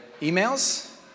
emails